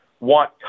want